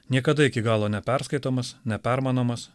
niekada iki galo neperskaitomas nepermanomas